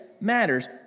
matters